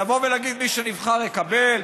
לבוא ולהגיד: מי שנבחר יקבל,